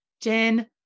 Jen